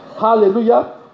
Hallelujah